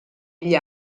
gli